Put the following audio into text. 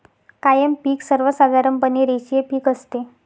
कायम पिक सर्वसाधारणपणे रेषीय पिक असते